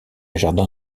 jardin